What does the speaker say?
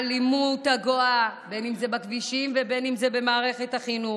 האלימות הגואה בין אם זה בכבישים ובין אם זה במערכת החינוך,